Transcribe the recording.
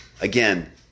Again